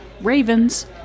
Ravens